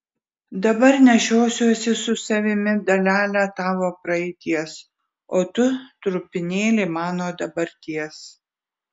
dabar nešiosiuosi su savimi dalelę tavo praeities o tu trupinėlį mano dabarties